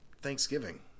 thanksgiving